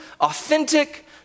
authentic